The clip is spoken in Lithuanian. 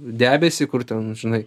debesį kur ten žinai